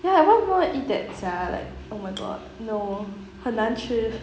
ya why people want to eat that sia like oh my god no 很难吃